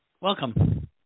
welcome